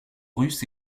russe